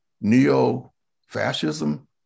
neo-fascism